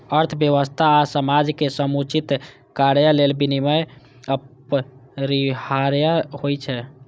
अर्थव्यवस्था आ समाजक समुचित कार्य लेल विनियम अपरिहार्य होइ छै